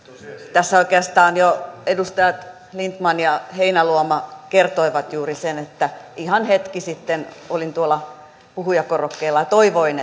tässä oikeastaan jo edustajat lindtman ja heinäluoma kertoivat juuri sen että ihan hetki sitten olin tuolla puhujakorokkeella ja toivoin